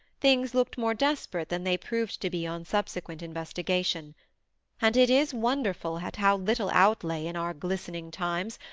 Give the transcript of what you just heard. things looked more desperate than they proved to be on subsequent investigation and it is wonderful at how little outlay, in our glistening times,